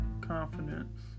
confidence